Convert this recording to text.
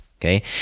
Okay